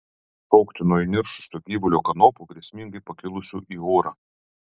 šokti nuo įniršusio gyvulio kanopų grėsmingai pakilusių į orą